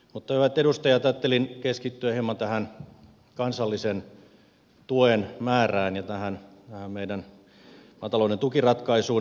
mutta hyvät edustajat ajattelin keskittyä hieman kansallisen tuen määrään ja meidän maatalouden tukiratkaisuun